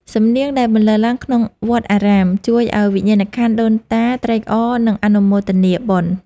សំនៀងដែលបន្លឺឡើងក្នុងវត្តអារាម ជួយឱ្យវិញ្ញាណក្ខន្ធដូនតាត្រេកអរ និងអនុមោទនាបុណ្យ។